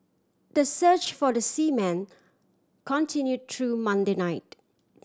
the search for the seamen continue through Monday night